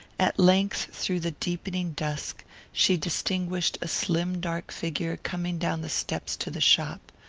at length through the deepening dusk she distinguished a slim dark figure coming down the steps to the shop.